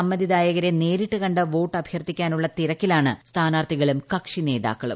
സമ്മതിദായകരെ നേരിട്ട് കണ്ട് വോട്ട് അഭ്യർത്ഥിക്കാനുള്ള തിരക്കിലാണ് സ്ഥാനാർത്ഥികളും കക്ഷിനേതാക്കളും